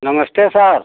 नमस्ते सर